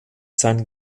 sein